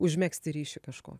užmegzti ryšį kažko